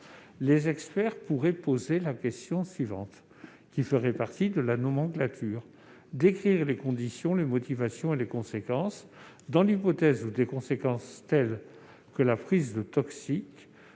Les experts pourraient poser la question suivante - laquelle s'inscrirait dans une nomenclature -: décrire les conditions, les motivations et les conséquences, dans l'hypothèse où des circonstances telles que la prise de toxiques